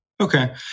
Okay